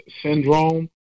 syndrome